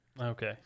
Okay